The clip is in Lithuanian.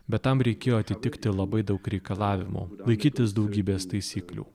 bet tam reikėjo atitikti labai daug reikalavimų laikytis daugybės taisyklių